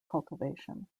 cultivation